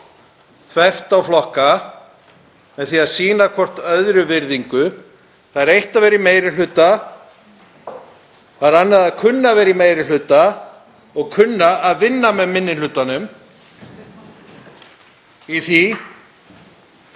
þvert á flokka með því að sýna hvert öðru virðingu. Það er eitt að vera í meiri hluta, annað er að kunna að vera í meiri hluta og kunna að vinna með minni hlutanum í því